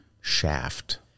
Shaft